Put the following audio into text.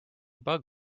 bug